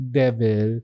devil